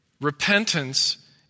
Repentance